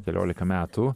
keliolika metų